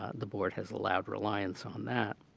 ah the board has allowed reliance on that.